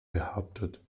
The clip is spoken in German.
behauptet